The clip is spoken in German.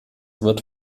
wird